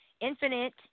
Infinite